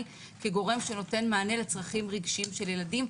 כגורם שנותן מענה לצרכים רגשיים של ילדים,